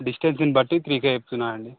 డిస్టెన్సుని బట్టీ three K చెప్తున్నానండీ